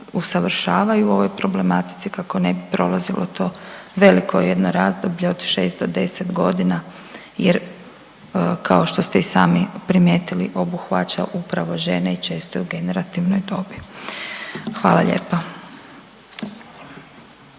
usavršavaju u ovoj problematici kako ne bi prolazilo to veliko jedno razdoblje od 6 do 10.g. jer kao što ste i sami primijetili obuhvaća upravo žene i često i u generativnoj dobi. Hvala lijepa.